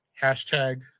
hashtag